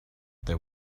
there